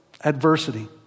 adversity